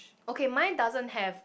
okay mine doesn't have